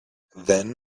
then